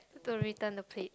don't return the plate